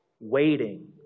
Waiting